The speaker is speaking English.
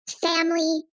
family